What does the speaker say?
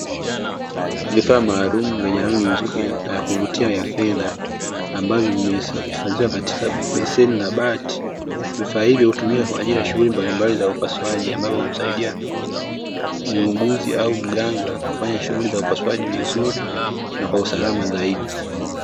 Vifaa maalumu vyenye rangi nzuri ya kuvutia ya fedha ambavyo vimehifadhiwa katika beseni la bati. Vifaa hivyo hutumika kwenye shughuli mbalimbali za upasuaji, ambavyo humsaidia muuguzi au mganga kufanya shughuli za upasuaji vizuri na kwa usalama zaidi.